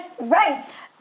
right